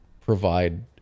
provide